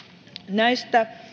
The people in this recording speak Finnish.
näistä